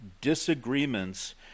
disagreements